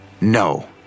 No